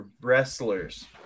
wrestlers